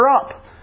up